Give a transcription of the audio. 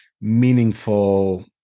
meaningful